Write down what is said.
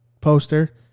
poster